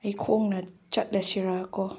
ꯑꯩ ꯈꯣꯡꯅ ꯆꯠꯂꯁꯤꯔꯥꯀꯣ